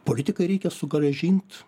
politikai reikia sugrąžint